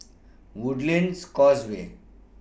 Woodlands Causeway